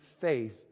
faith